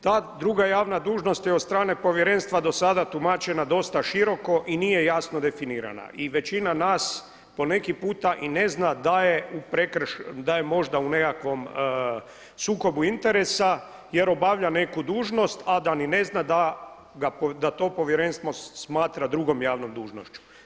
Ta druga javna dužnost je od strane Povjerenstva do sada tumačena dosta široko i nije jasno definirana i većina nas po neki puta i ne zna da je možda u nekakvom sukobu interesa jer obavlja neku dužnost a da ni ne zna da to Povjerenstvo smatra drugom javnom dužnošću.